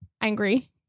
angry